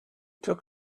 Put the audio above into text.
took